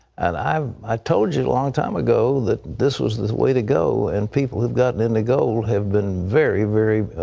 and i um i told you a long time ago that this was the way to go, and people who've gotten into gold have been very, very,